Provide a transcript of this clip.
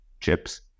chips